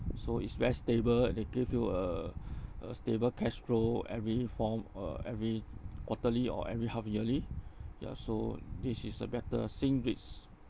so it's very stable they give you a a stable cashflow every form uh every quarterly or every half yearly ya so this is a better sing REITs